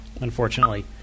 unfortunately